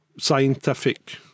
scientific